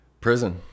prison